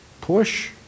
Push